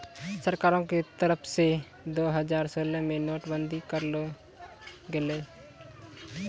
सरकारो के तरफो से दु हजार सोलह मे नोट बंदी करलो गेलै